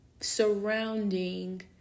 surrounding